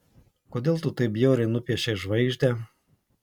kodėl tu taip bjauriai nupiešei žvaigždę